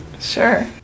Sure